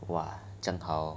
!wah! 这样好